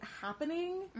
happening